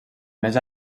més